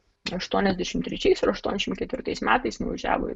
aštuoniasdešimt trečiais ar aštuoniasdešimt ketvirtais metais važiavo į